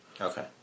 Okay